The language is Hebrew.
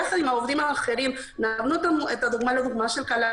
יחד עם העובדים האחרים נתנו את הדוגמה של קלנסווה.